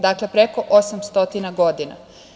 Dakle, preko 800 godina.